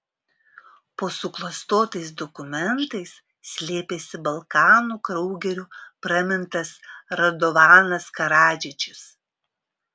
po suklastotais dokumentais slėpėsi balkanų kraugeriu pramintas radovanas karadžičius